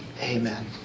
Amen